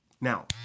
Now